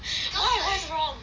why what's wrong